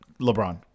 LeBron